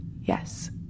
Yes